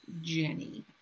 Jenny